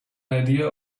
idea